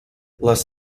les